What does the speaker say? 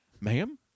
Ma'am